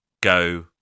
go